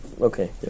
okay